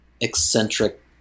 eccentric